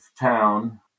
town